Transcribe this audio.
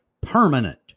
permanent